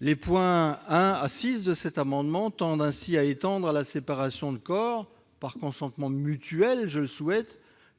Les points 1° à 6° de cet amendement visent ainsi à étendre à la séparation de corps par consentement mutuel